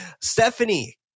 Stephanie